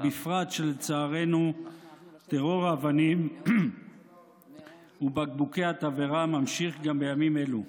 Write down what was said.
ובפרט כשלצערנו טרור האבנים ובקבוקי התבערה ממשיך גם בימים אלו.